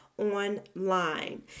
online